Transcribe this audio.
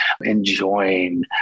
enjoying